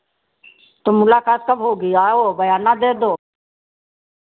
तो मुलाकात कब होगी आओ बयाना दे दो